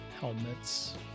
helmets